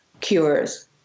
cures